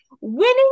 winning